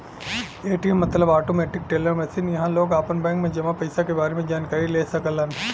ATM मतलब automatic teller machine इहां लोग आपन बैंक में जमा पइसा क बारे में जानकारी ले सकलन